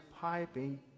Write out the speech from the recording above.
piping